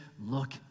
Look